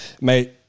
Mate